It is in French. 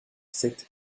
sept